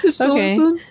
Okay